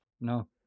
No